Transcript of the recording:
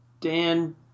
Dan